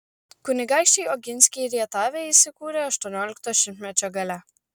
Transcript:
kunigaikščiai oginskiai rietave įsikūrė aštuoniolikto šimtmečio gale